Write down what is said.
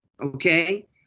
Okay